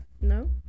no